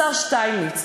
השר שטייניץ.